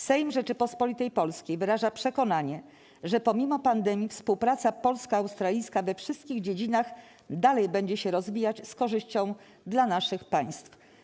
Sejm Rzeczypospolitej Polskiej wyraża przekonanie, że pomimo pandemii współpraca polsko-australijska we wszystkich dziedzinach dalej będzie się rozwijać z korzyścią dla naszych państw.